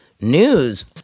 news